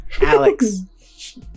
Alex